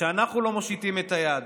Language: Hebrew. שאנחנו לא מושיטים את היד,